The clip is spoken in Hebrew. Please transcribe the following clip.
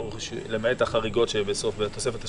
למעט החריגות שבתוספת השישית,